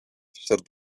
said